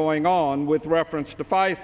going on with reference to five